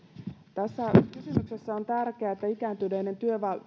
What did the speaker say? tässä kysymyksessä on tärkeää että ikääntyneiden